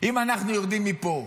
אם אנחנו יורדים מפה,